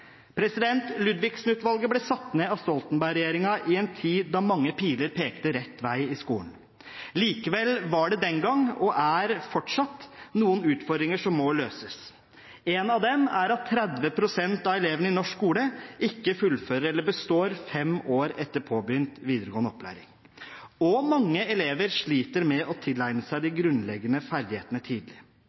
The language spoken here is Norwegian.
ble satt ned av Stoltenberg-regjeringen i en tid da mange piler pekte rett vei i skolen. Likevel var det den gang og er det fortsatt noen utfordringer som må løses. En av dem er at 30 pst. av elevene i norsk skole ikke fullfører eller består fem år etter påbegynt videregående opplæring, og mange elever sliter med å tilegne seg de grunnleggende ferdighetene tidlig.